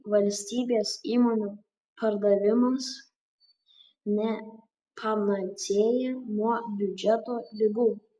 valstybės įmonių pardavimas ne panacėja nuo biudžeto ligų